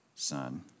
Son